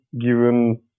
given